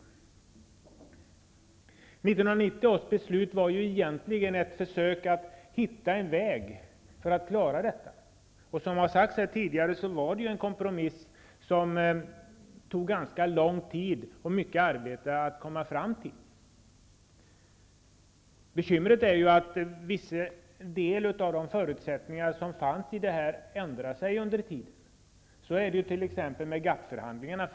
1990 års beslut var egentligen ett försök att hitta en väg för att klara detta. Som sagts här tidigare, var det en kompromiss som tog ganska lång tid och mycket arbete att komma fram till. Bekymret är ju att en del av de förutsättningar som då fanns har ändrats under tiden som gått. Så är det t.ex. med GATT-förhandlingarna.